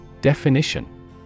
Definition